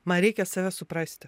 man reikia save suprasti